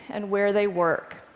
and where they work.